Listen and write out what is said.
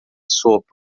sopa